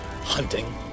hunting